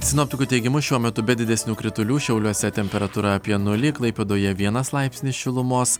sinoptikų teigimu šiuo metu be didesnių kritulių šiauliuose temperatūra apie nulį klaipėdoje vienas laipsnis šilumos